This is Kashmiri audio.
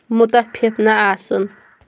مُتفِق نہ آسُن